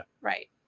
Right